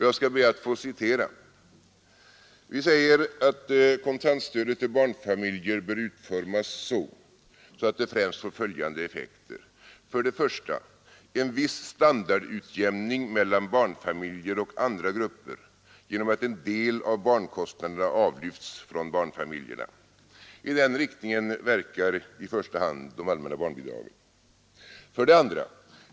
Jag ber att få citera: ”Kontantstödet till barnfamiljer bör utformas så, att det får främst följande effekter: 1. En viss standardutjämning mellan barnfamiljer och andra grupper genom att en del av barnkostnaderna avlyfts från barnfamiljerna. I denna riktning verkar främst de allmänna barnbidragen. 2.